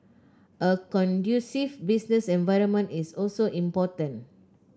a conducive business environment is also important